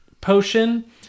potion